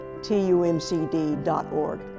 TUMCD.org